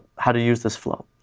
how to use this flow.